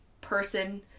person